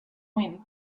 wind